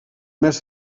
més